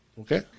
Okay